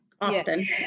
often